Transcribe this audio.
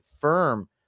firm